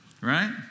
right